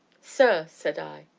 sir, said i,